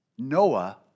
Noah